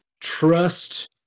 Trust